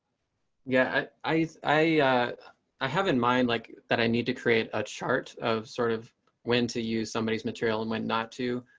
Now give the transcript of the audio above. yeah, i i. i have in mind like that i need to create a chart of sort of when to use somebodies material and when not to.